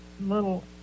little